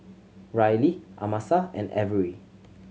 Rylee Amasa and Averi